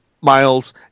miles